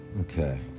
Okay